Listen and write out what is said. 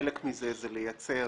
חלק מזה זה לייצר